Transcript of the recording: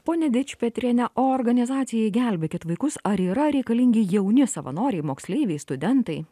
pone dičpetriene o organizacijai gelbėkit vaikus ar yra reikalingi jauni savanoriai moksleiviai studentai